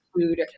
food